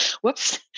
whoops